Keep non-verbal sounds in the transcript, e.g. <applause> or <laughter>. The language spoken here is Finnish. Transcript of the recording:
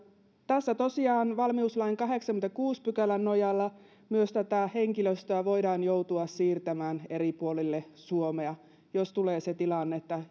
tosiaan valmiuslain kahdeksannenkymmenennenkuudennen pykälän nojalla myös tätä henkilöstöä voidaan joutua siirtämään eri puolille suomea jos tulee se tilanne että <unintelligible>